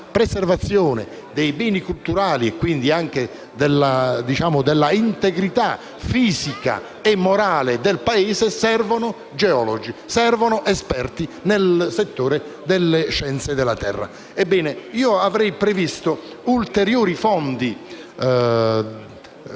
preservazione dei beni culturali e dell'integrità fisica e morale del Paese servono geologi ed esperti nel settore delle scienze della terra. Io avrei previsto ulteriori fondi